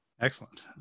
excellent